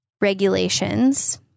regulations